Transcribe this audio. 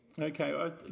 Okay